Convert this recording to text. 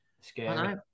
Scary